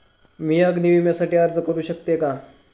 मी अग्नी विम्यासाठी अर्ज करू शकते का?